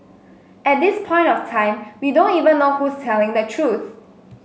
at this point of time we don't even know who's telling the truth